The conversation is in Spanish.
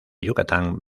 yucatán